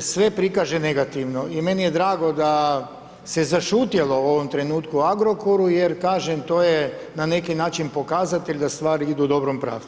sve prikaže negativno i meni je drago da se zašutjelo u ovom trenutku o Agrokoru, jer kažem, to je na neki način pokazatelj da stvari idu u dobrom pravcu.